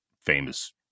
famous